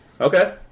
Okay